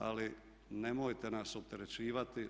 Ali, nemojte nas opterećivati.